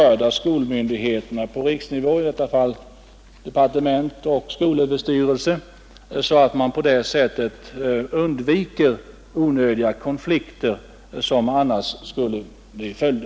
Krävs det tusentals elever för att få ett högstadium att fungera utbildningsmässigt kommer många kommuner i svåra situationer som i många fall går ut över skolmiljön.